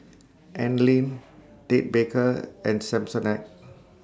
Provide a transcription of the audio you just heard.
Anlene Ted Baker and Samsonite